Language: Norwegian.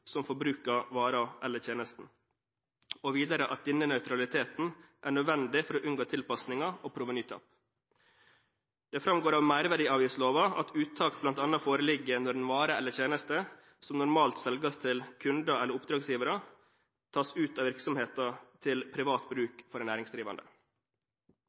som forbruker varen eller tjenesten.» Videre heter det: «Denne nøytraliteten er nødvendig for å unngå tilpasninger og provenytap.» Det framgår av merverdiavgiftsloven at uttak bl.a. foreligger når en vare eller en tjeneste som normalt selges til kunder eller oppdragsgivere, tas ut av virksomheten til privat